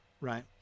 Right